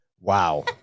Wow